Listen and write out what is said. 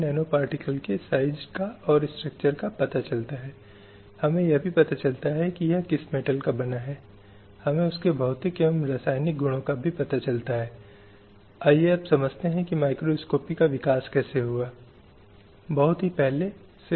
और वे 1986 के बाद से निरंतर प्रक्रिया या अलग अलग निकायों द्वारा किए गए निरंतर प्रयास जारी हैं संस्थागत साधनों के माध्यम से और महिलाओं के अधिकारों के समर्थन के माध्यम से महिलाओं की स्थिति को मजबूत करने के लिए